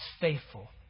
faithful